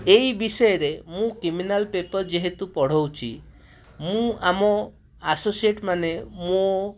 ଏହି ବିଷୟରେ ମୁଁ କ୍ରିମିନାଲ୍ ପେପର୍ ଯେହେତୁ ପଢ଼ାଉଛି ମୁଁ ଆମ ଆସୋସିଏଟେଟ୍ ମାନେ ମୋ